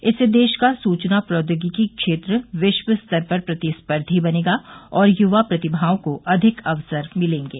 इससे देश का सुचना प्रौद्योगिकी क्षेत्र विश्वस्तर पर प्रतिस्पर्धी बनेगा और युवा प्रतिमाओं को अधिक अवसर मिलेंगे